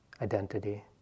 identity